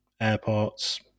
airports